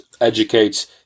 educates